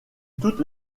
toutes